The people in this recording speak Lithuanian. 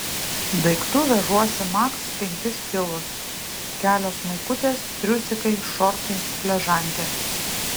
daiktų vežuosi maks penkis kilus kelios maikutės triusikai šortai pležankės